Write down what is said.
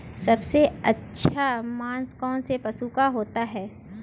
सबसे अच्छा मांस कौनसे पशु का होता है?